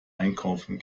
einkaufen